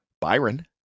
Byron